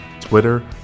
Twitter